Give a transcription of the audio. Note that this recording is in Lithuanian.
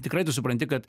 tikrai tu supranti kad